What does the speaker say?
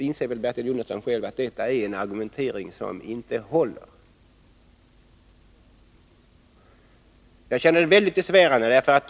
Bertil Jonasson inser säkert själv att detta är en argumentering som inte håller. Jag känner det som sagt väldigt besvärande.